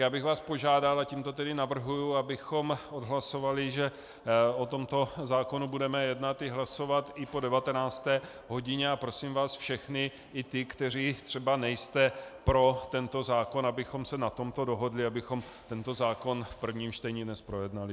Tak bych vás požádal a tímto tedy navrhuji, abychom odhlasovali, že o tomto zákonu budeme jednat i hlasovat i po 19. hodině, a prosím vás všechny, i ty, kteří třeba nejste pro tento zákon, abychom se na tomto dohodli, abychom tento zákon v prvním čtení dnes projednali.